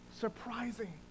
surprising